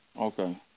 Okay